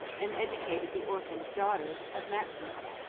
and educated the orphan daughters, of maximus.